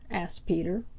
asked peter.